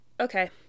okay